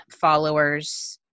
followers